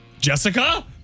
Jessica